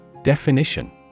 Definition